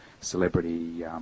celebrity